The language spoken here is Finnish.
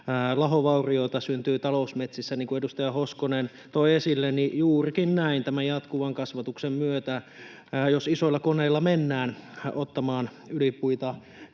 lahovaurioita syntyy talousmetsissä, niin kuin edustaja Hoskonen toi esille. Juurikin näin tämän jatkuvan kasvatuksen myötä. Jos isoilla koneilla mennään ottamaan ylipuita,